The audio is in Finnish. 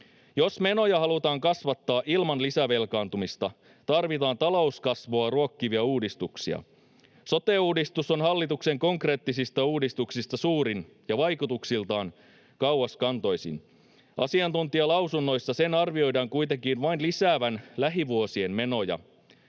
Jos menoja halutaan kasvattaa ilman lisävelkaantumista, tarvitaan talouskasvua ruokkivia uudistuksia. Sote-uudistus on hallituksen konkreettisista uudistuksista suurin ja vaikutuksiltaan kauaskantoisin. Asiantuntijalausunnoissa sen arvioidaan kuitenkin vain lisäävän lähivuosien menoja.